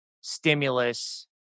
stimulus